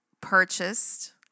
purchased